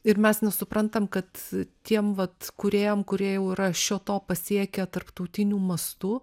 ir mes nesuprantam kad tiem vat kūrėjam kurie jau yra šio to pasiekę tarptautiniu mastu